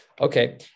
Okay